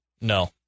No